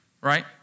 right